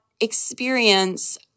experience